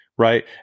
Right